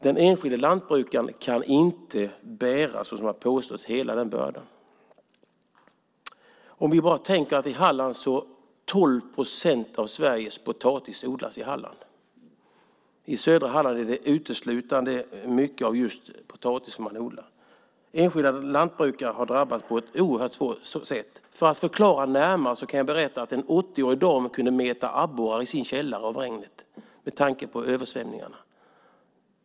Den enskilde lantbrukaren kan inte, som det har påståtts, bära hela den bördan. Vi kan bara tänka på att 12 procent av Sveriges potatis odlas i Halland. I södra Halland är det nästan uteslutande potatis man odlar. Enskilda lantbrukare har drabbats oerhört hårt. För att förklara närmare kan jag berätta att en 80-årig dam kunde meta abborre i sin källare efter regnen på grund av översvämningarna.